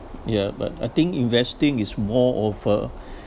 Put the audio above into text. yeah but I think investing is more of a